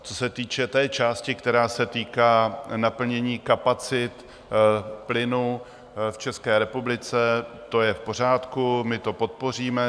Co se týče části, která se týká naplnění kapacit plynu v České republice, to je v pořádku, my to podpoříme.